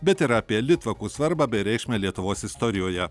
bet ir apie litvakų svarbą bei reikšmę lietuvos istorijoje